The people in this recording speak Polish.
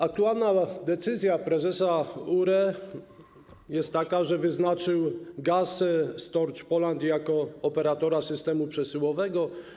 Aktualna decyzja prezesa URE jest taka, że wyznaczył Gas Storage Poland jako operatora systemu przesyłowego.